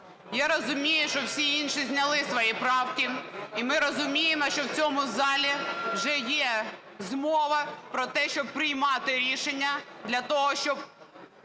я розумію, що всі інші зняли свої правки, і ми розуміємо, що в цьому залі вже є змова про те, щоб приймати рішення для того, щоб